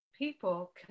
People